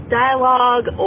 dialogue